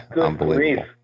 unbelievable